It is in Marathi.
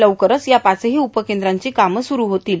लवकरच या पाचहो उपकद्रांची कामं सुरु होणार आहेत